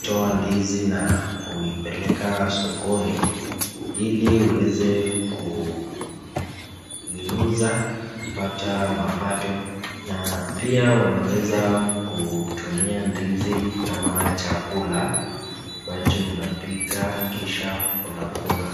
toa ndizi na kuzipeleka sokoni ili uweze kuziuza kupata mapato na pia unaweza kutumia ndizi kama chakula ambacho unapika kisha unakula.